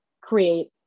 create